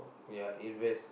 ya invest